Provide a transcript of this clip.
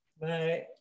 Bye